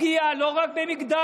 אנחנו נגד פגיעה, לא רק במגדר,